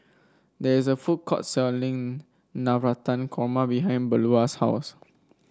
there is a food court selling Navratan Korma behind Beula's house